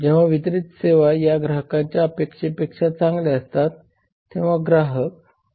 जेव्हा वितरित सेवा या ग्राहकांच्या अपेक्षेपेक्षा चांगल्या असतात तेंव्हा ग्राहक आनंदित होतात